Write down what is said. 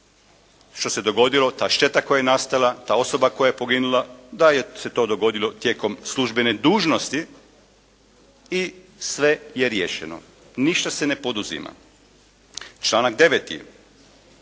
što se dogodilo, ta šteta koja je nastala, ta osoba koja je poginula da se to dogodilo tijekom službene dužnosti i sve je riješeno. Ništa se ne poduzima. Članak 9.